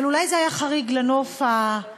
אבל אולי זה היה חריג בנוף הרענני,